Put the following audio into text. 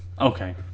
Okay